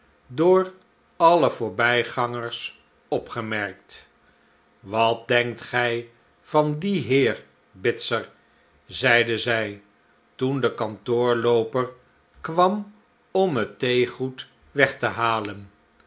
door alle voorbijgangers opgemerkt wat denkt gij van dienheer bitzer zeide zij toen de kantoorlooper kwam om hettheegoed weg te halen